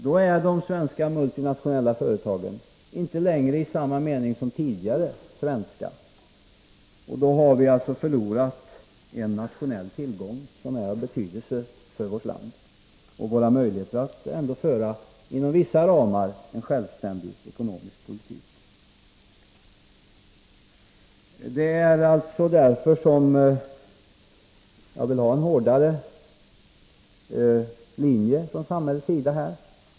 Då är de svenska multinationella företagen inte längre i samma mening som tidigare svenska, och då har vi alltså förlorat en nationell tillgång som är av betydelse för vårt land och våra möjligheter att ändå inom vissa ramar föra en självständig ekonomisk politik. Det är därför jag vill ha en hårdare linje från samhällets sida.